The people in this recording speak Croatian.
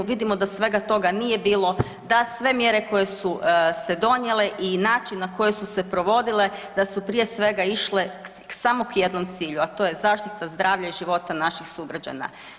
Vidimo da svega toga nije bilo, da sve mjere koje su se donijele i način na koji su se provodile, da su prije svega išle samo k jednom cilju, a to je zaštita zdravlja i života naših sugrađana.